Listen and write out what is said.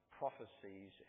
prophecies